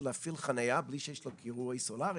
להפעיל חנייה בלי שיש לו קירוי סולארי,